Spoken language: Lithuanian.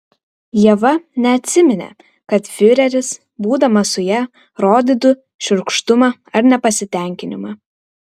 ieva neatsiminė kad fiureris būdamas su ja rodytų šiurkštumą ar nepasitenkinimą